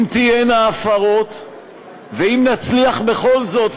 אם תהיינה הפרות ואם נצליח בכל זאת,